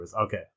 Okay